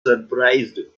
surprised